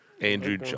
Andrew